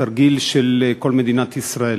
תרגיל של כל מדינת ישראל,